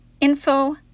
info